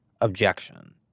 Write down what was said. objection